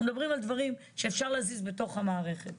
אנחנו מדברים על דברים שאפשר להזיז בתוך המערכת.